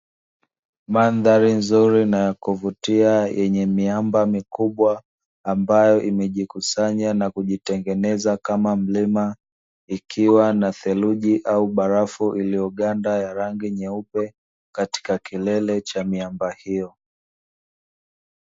Mandhari nzuri na ya kuvutia yenye miamba mikubwa ambayo imejikusanya na kujitengeneza kama mlima, ikiwa na theluji au barafu iliyoganda ya rangi nyeupe katika kilele cha miamba hiyo.